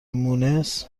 مونس